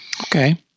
Okay